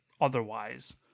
otherwise